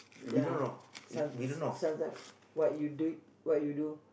ya some sometime what you do it what you do